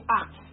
act